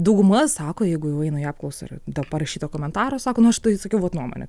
dauguma sako jeigu jau eina į apklausą dėl parašyto komentaro sako nu aš tai išsakiau vat nuomonę